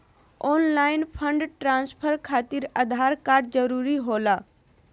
Online fund transfer खातिर Aadhaar card जरूरी होला?